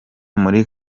muri